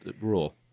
rule